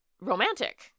romantic